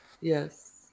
yes